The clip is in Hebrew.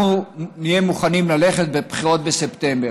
אנחנו נהיה מוכנים ללכת לבחירות בספטמבר.